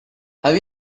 have